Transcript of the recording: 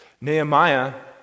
Nehemiah